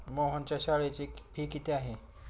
मोहनच्या शाळेची फी किती आहे?